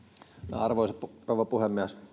arvoisa rouva puhemies